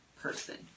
person